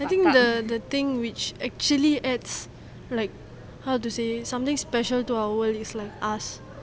I think the the thing which actually adds like like how to say something special to our world is like us